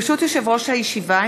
ברשות יושב-ראש הישיבה,